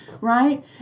right